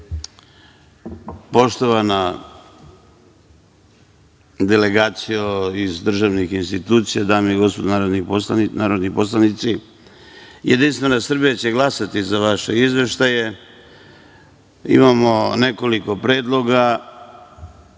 Poštovana delegacijo iz državnih institucija, dame i gospodo narodni poslanici, Jedinstvena Srbija će glasati za vaše izveštaje. Imamo nekoliko predloga.